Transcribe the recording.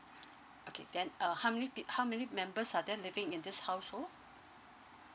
okay then uh how many peo~ how many members are there living in this household